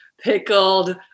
pickled